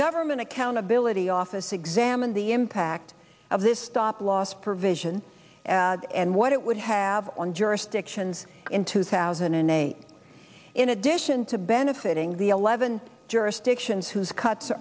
government accountability office examine the impact of this stop loss provision and what it would have on jurisdictions in two thousand and eight in addition to benefiting the eleven jurisdictions whose cuts